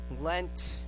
Lent